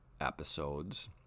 episodes